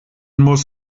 muss